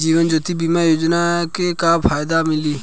जीवन ज्योति बीमा योजना के का फायदा मिली?